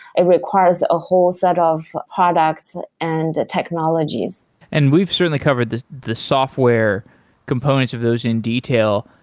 it requires a whole set of products and technologies and we've certainly covered the the software components of those in detail.